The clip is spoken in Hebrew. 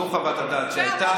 זו חוות הדעת שהייתה.